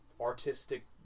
artistic